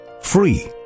free